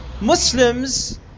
Muslims